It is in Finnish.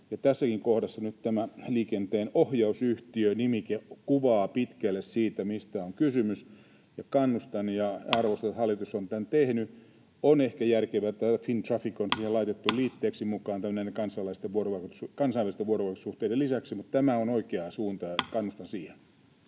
tässäkin kohdassa nyt tämä Liikenteenohjausyhtiö-nimike kuvaa pitkälle sitä, mistä on kysymys, ja kannustan ja arvostan, että hallitus on tämän tehnyt. On ehkä järkevää, että tämä Fintraffic on siihen laitettu liitteeksi mukaan näiden kansainvälisten vuorovaikutussuhteiden vuoksi, mutta tämä on oikea suunta, ja kannustan siihen.